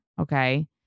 Okay